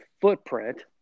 footprint